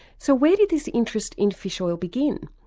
so where did this interest in fish oil begin?